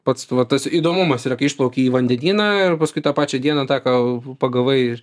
pats vat tas įdomumas yra kai išplauki į vandenyną ir paskui tą pačią dieną tą ką pagavai